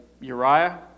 Uriah